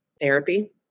therapy